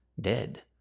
dead